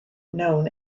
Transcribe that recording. known